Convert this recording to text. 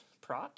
prot